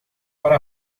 para